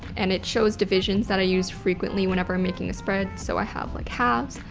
and it shows divisions that i use frequently whenever i'm making a spread. so i have like halves,